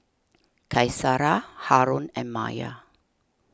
Qaisara Haron and Maya